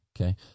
Okay